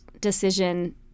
decision